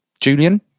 Julian